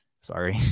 Sorry